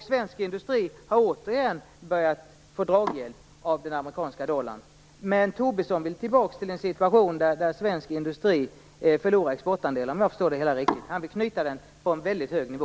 Svensk industri har återigen börjat få draghjälp av den amerikanska dollarn, men Tobisson vill tillbaka till en situation där svensk industri förlorar exportandelar, om jag förstår det hela riktigt. Han vill knyta kursen på en väldigt hög nivå.